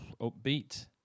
Upbeat